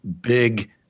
big